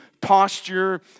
posture